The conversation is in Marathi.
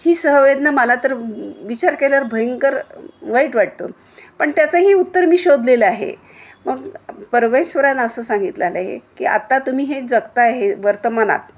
ही सहवेदना मला तर विचार केल्यावर भयंकर वाईट वाटतो पण त्याचाही उत्तर मी शोधलेलं आहे मग परमेश्वरनं असं सांगितलंलं आहे की आत्ता तुम्ही हे जगता हे वर्तमानात